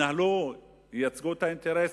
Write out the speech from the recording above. ייצגו את האינטרסים.